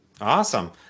Awesome